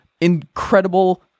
incredible